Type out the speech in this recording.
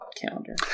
calendar